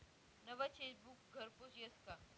नवं चेकबुक घरपोच यस का?